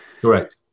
correct